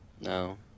No